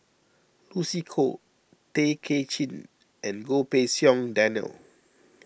Lucy Koh Tay Kay Chin and Goh Pei Siong Daniel